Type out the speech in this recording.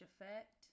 effect